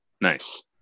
Nice